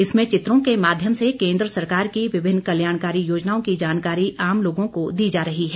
इसमें चित्रों के माध्यम से केंद्र सरकार की विभिन्न कल्याणकारी योजनाओं की जानकारी आम लोगों को दी जा रही है